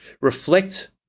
Reflect